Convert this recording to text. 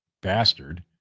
bastard